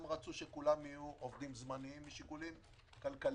הם רצו שכולם יהיו עובדים זמניים משיקולים כלכליים,